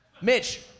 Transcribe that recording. Mitch